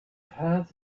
have